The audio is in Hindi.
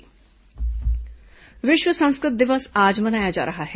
विश्व संस्कृत दिवस विश्व संस्कृत दिवस आज मनाया जा रहा है